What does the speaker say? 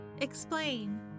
Explain